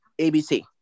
ABC